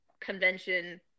convention